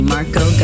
Marco